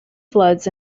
floods